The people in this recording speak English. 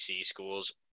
schools